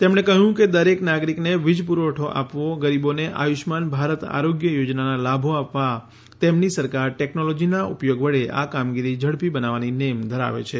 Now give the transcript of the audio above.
તેમણે કહ્યું કે દરેક નાગરીકને વીજપુરવઠો આપવો ગરીબોને આયુષ્યમાન ભારત આરોગ્ય યોજનાનાં લાભો આપવા તેમની સરકાર ટેકનોલોજીનાં ઉપયોગ વડે આ કામગીરી ઝડપી બનાવવાની નેમ ધરાવે છે